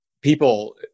people